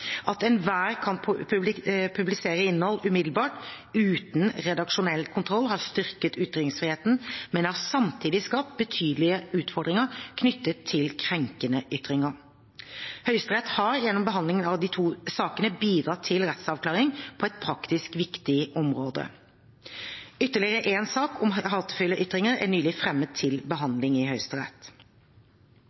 At enhver kan publisere innhold umiddelbart – uten redaksjonell kontroll – har styrket ytringsfriheten, men har samtidig skapt betydelige utfordringer knyttet til krenkende ytringer. Høyesterett har gjennom behandlingen av de to sakene bidratt til rettsavklaring på et praktisk viktig område. Ytterligere en sak om hatefulle ytringer er nylig fremmet til behandling i Høyesterett.